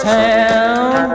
town